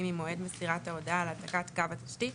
ממועד מסירת ההודעה על העתקת קו התשתית,